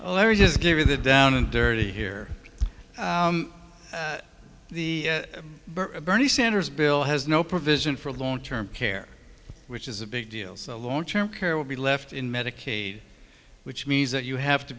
oh let me just give you the down and dirty here the bernie sanders bill has no provision for long term care which is a big deal so long term care will be left in medicaid which means that you have to